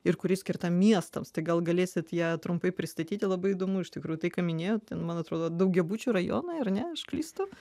ir kuri skirta miestams tai gal galėsit ją trumpai pristatyti labai įdomu iš tikrųjų tai ką minėjot man atrodo daugiabučių rajonai ar ne aš klystu